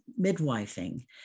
midwifing